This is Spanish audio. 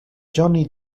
johnny